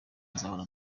nzahora